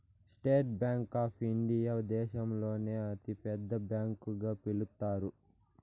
state Bank of India దేశంలోనే అతి పెద్ద బ్యాంకు గా పిలుత్తారు